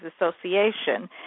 Association